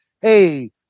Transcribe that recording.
hey